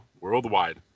worldwide